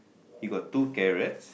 he got two carrots